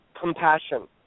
compassion